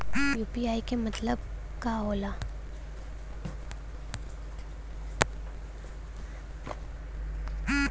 UPI के मतलब का होला?